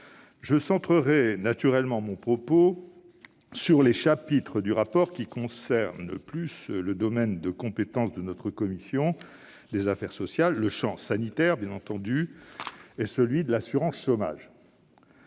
Je centrerai naturellement mon propos sur les chapitres du rapport qui concernent le plus les domaines de compétences de notre commission des affaires sociales : le champ sanitaire, bien entendu, et celui de l'assurance chômage.